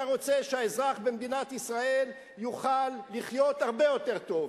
אתה רוצה שהאזרח במדינת ישראל יוכל לחיות הרבה יותר טוב,